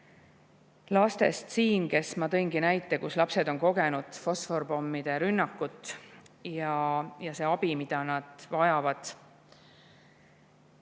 lastest siin – ma tõingi näite, et lapsed on kogenud fosforpommide rünnakut –, ja see abi, mida nad vajavad